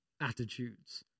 attitudes